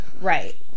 right